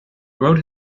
wrote